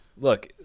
Look